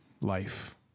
life